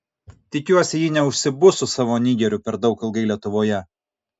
tikiuosi ji neužsibus su savo nigeriu per daug ilgai lietuvoje